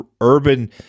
urban